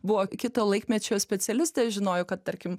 buvo kito laikmečio specialistė žinojo kad tarkim